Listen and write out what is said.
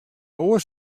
oars